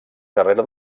carrera